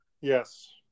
Yes